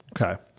Okay